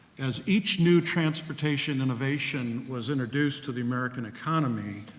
as each new transportation innovation was introduced to the american economy,